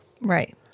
right